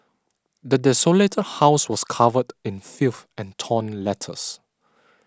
the desolated house was covered in filth and torn letters